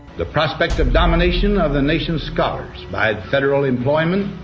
the prospect of domination of the nation's scholars. by federal employment,